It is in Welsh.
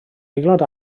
aelod